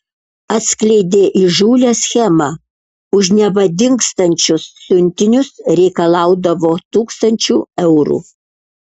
atskleidė įžūlią schemą už neva dingstančius siuntinius reikalaudavo tūkstančių eurų